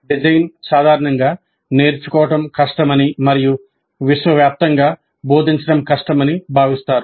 design సాధారణంగా నేర్చుకోవడం కష్టమని మరియు విశ్వవ్యాప్తంగా బోధించడం కష్టమని భావిస్తారు